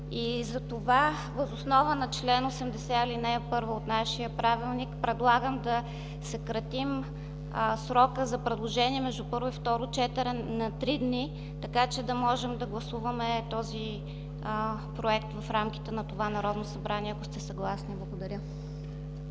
Затова въз основа на чл. 80, ал. 1 от нашия Правилник предлагам да съкратим срока за предложения между първо и второ четене на три дни, така че да можем да гласуваме този проект в рамките на това Народно събрание, ако сте съгласни. Благодаря.